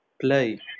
Play